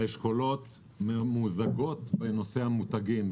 האשכולות ממוזגים בנושא המותגים.